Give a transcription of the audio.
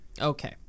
okay